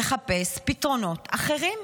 לחפש פתרונות אחרים.